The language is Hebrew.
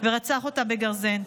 ורצח אותה בגרזן.